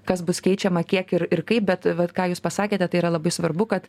kas bus keičiama kiek ir ir kaip bet vat ką jūs pasakėte tai yra labai svarbu kad